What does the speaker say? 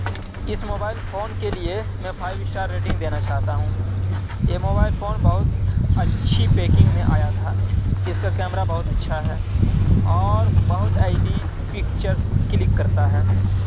اس mobile phone کے لیے میں فائو اسٹار ریٹنگ دینا چاہتا ہوں یہ موبائل فون بہت اچھی پیکنگ میں آیا تھا اس کا کیمرا بہت اچھا ہے اور بہت ایچ ڈی پکچرس کلک کرتا ہے